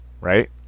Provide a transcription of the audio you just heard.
right